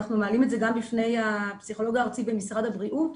אנחנו מעלים את זה גם בפני הפסיכולוג הארצי במשרד הבריאות,